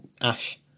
Ash